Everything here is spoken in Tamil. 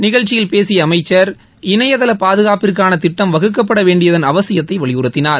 நிகழ்ச்சியில் பேசிய அமைச்சர் இணையதள பாதுகாப்பிற்கான திட்டம் வகுக்கப்பட வேண்டியதன் அவசியத்தை வலியுறுத்தினார்